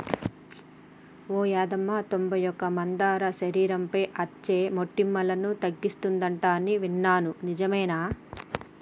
ఓ యాదమ్మ తొంబై ఒక్క మందార శరీరంపై అచ్చే మోటుములను తగ్గిస్తుందంట అని ఇన్నాను నిజమేనా